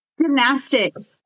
Gymnastics